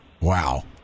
Wow